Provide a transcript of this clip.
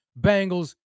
Bengals